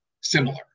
similar